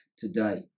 today